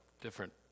different